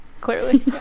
Clearly